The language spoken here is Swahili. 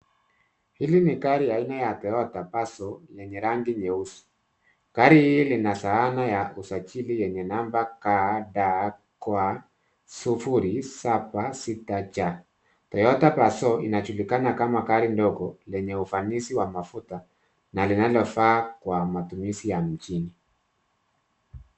Hii gari aina ya Toyota Passo lenye rangi nyeusi. Gari hili lina sanaa ya usajili yenye namba KDK 067J. Toyota Passo inajulikana kama gari ndogo lenye ufanisi wa mafuta na linalofaa kwa matumizi ya mjini.